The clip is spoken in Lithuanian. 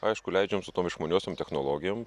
aišku leidžiam su tom išmaniosiom technologijom